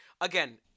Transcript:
again